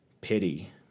pity